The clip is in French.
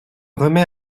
remet